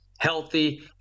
healthy